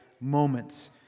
moments